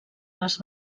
les